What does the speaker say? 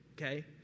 Okay